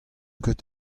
ket